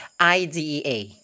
IDEA